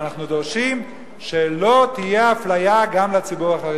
אבל אנחנו דורשים שלא תהיה אפליה גם כלפי הציבור החרדי.